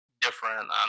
different